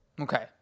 Okay